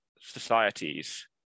societies